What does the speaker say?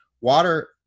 Water